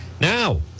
Now